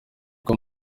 uko